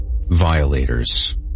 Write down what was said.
Violators